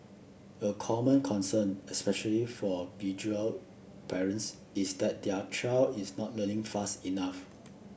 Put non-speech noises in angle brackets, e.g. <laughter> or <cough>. a common concern especially for <unintelligible> parents is that their child is not learning fast enough